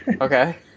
Okay